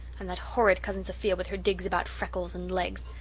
and that horrid cousin sophia with her digs about freckles and legs!